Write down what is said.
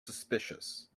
suspicious